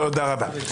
תודה רבה.